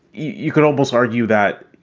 you could also argue that,